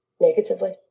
negatively